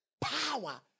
power